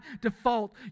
default